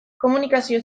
komunikazio